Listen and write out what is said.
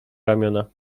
ramiona